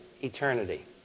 eternity